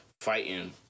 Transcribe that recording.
fighting